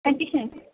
addition